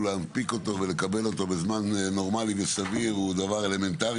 להנפיק ולקבל אותו בזמן נורמלי וסביר הוא דבר אלמנטרי.